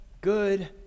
good